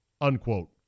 unquote